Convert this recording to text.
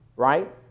right